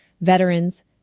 veterans